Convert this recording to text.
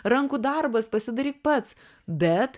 rankų darbas pasidaryk pats bet